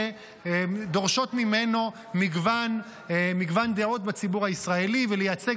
שדורשות ממנו מגוון דעות בציבור הישראלי ולייצג